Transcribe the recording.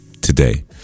today